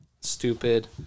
stupid